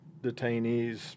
detainees